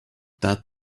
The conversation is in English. that